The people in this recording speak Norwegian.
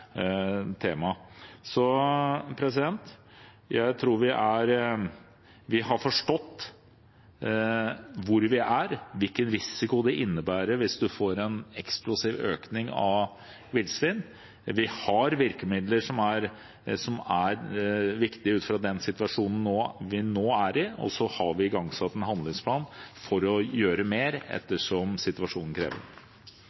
Jeg tror vi har forstått hvor vi er, hvilken risiko det innebærer hvis vi får en eksplosiv økning av villsvin. Vi har virkemidler som er viktige ut fra den situasjonen vi nå er i, og vi har igangsatt en handlingsplan for å gjøre mer